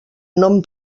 nom